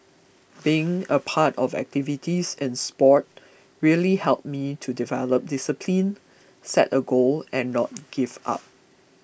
being a part of activities in sport really helped me to develop discipline set a goal and not give up